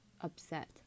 upset